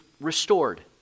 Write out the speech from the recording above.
restored